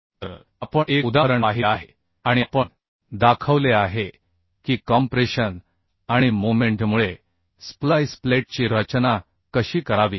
तर आपण एक उदाहरण पाहिले आहे आणि आपण दाखवले आहे की कॉम्प्रेशन आणि मोमेंटमुळे स्प्लाइस प्लेटची रचना कशी करावी